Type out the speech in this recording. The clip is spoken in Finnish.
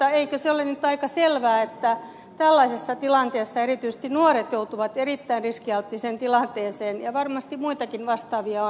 eikö se ole nyt aika selvää että tällaisessa tilanteessa erityisesti nuoret joutuvat erittäin riskialttiiseen tilanteeseen ja varmasti muitakin vastaavia on